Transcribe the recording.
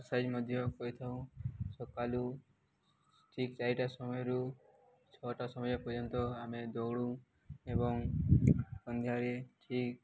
exercise ମଧ୍ୟ କରିଥାଉ ସକାଲୁ ଠିକ୍ ଚାରିଟା ସମୟରୁ ଛଅଟା ସମୟରେ ପର୍ଯ୍ୟନ୍ତ ଆମେ ଦୌଡ଼ୁ ଏବଂ ସନ୍ଧ୍ୟାରେ ଠିକ୍